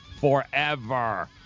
Forever